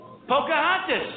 Pocahontas